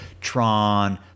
tron